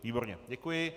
Výborně, děkuji.